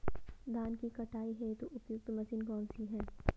धान की कटाई हेतु उपयुक्त मशीन कौनसी है?